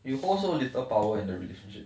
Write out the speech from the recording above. you hold so little power in the relationship